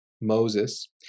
Moses